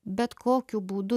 bet kokiu būdu